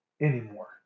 anymore